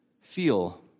feel